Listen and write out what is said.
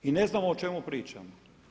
I ne znamo o čemu pričamo.